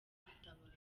gutabara